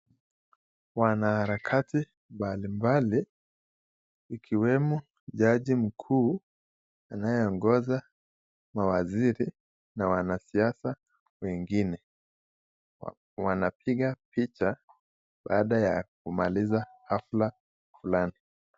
Wanaharakati mbalimbali ukiwemo jaji mkuu anayeongoza mawaziri na wanasiasa wengine, wakipiga picha baada ya kumaliza hafla fulani .